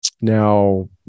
now